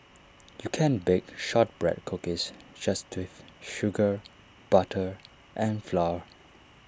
you can bake Shortbread Cookies just with sugar butter and flour